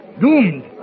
Doomed